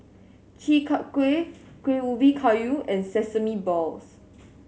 Chi Kak Kuih Kuih Ubi Kayu and sesame balls